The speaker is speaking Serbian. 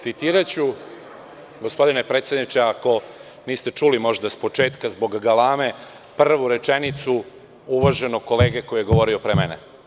Citiraću, gospodine predsedniče, ako niste čuli možda s početka zbog galame, prvu rečenicu uvaženog kolege koji je govorio pre mene.